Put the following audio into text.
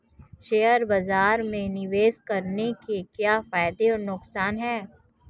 Share बाज़ार में निवेश करने के क्या फायदे और नुकसान हैं?